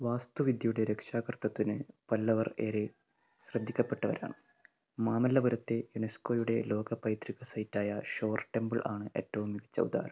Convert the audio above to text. വാസ്തുവിദ്യയുടെ രക്ഷാകർതൃത്വത്തിന് പല്ലവർ ഏറെ ശ്രദ്ധിക്കപ്പെട്ടവരാണ് മാമല്ലപുരത്തെ യുനെസ്കോയുടെ ലോക പൈതൃക സൈറ്റ് ആയ ഷോർ ടെമ്പിൾ ആണ് ഏറ്റവും മികച്ച ഉദാഹരണം